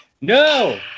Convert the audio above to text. no